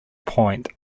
point